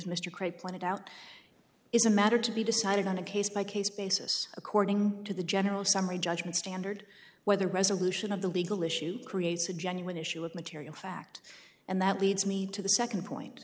mr craig pointed out is a matter to be decided on a case by case basis according to the general summary judgment standard whether resolution of the legal issue creates a genuine issue of material fact and that leads me to the second point